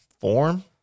form